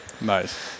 Nice